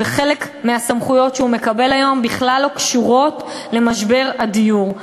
וחלק מהסמכויות שהוא מקבל היום בכלל לא קשורות למשבר הדיור.